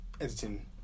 editing